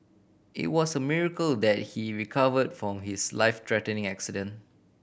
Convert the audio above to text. it was a miracle that he recovered from his life threatening accident